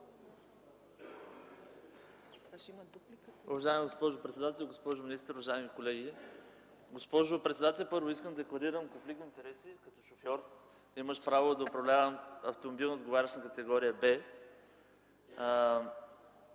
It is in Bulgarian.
Уважаема госпожо председател, госпожо министър, уважаеми колеги! Госпожо председател, първо искам да декларирам конфликт на интереси като шофьор. Имам право да управлявам автомобил, отговарящ на категория